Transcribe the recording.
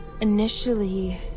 initially